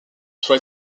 try